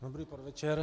Dobrý podvečer.